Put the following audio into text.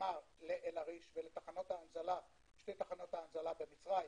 מתמר לאל עריש ולשתי תחנות ההנזלה במצרים.